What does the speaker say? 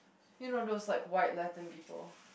you know those like white Latin people